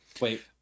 Wait